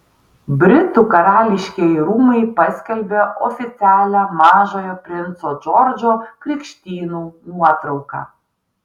britų karališkieji rūmai paskelbė oficialią mažojo princo džordžo krikštynų nuotrauką